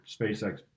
SpaceX